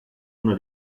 uno